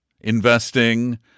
investing